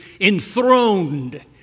enthroned